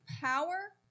power